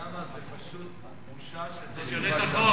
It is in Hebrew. אתה יודע מה, זו פשוט בושה שזו תשובת שר.